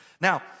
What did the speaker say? Now